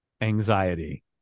anxiety